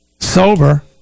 sober